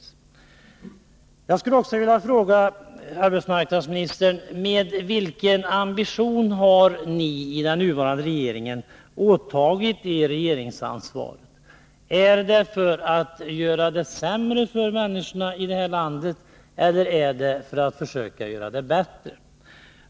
Jag skulle också vilja fråga arbetsmarknadsministern: Med vilken ambition har ni i den nuvarande regeringen åtagit er regeringsansvaret? Är det för att göra det sämre för människorna här i landet eller är det för att försöka göra det bättre?